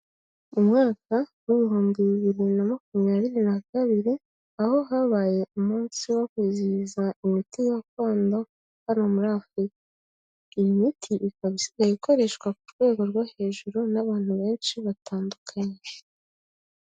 Mu mwaka w'ibihumbi bibiri na makumyabiri na kabiri aho habaye umunsi wo kwizihiza imiti gakondo hano muri Afurika. Imiti ikaba isigaye ikoreshwa ku rwego rwo hejuru n'abantu benshi batandukanye.